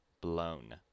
blown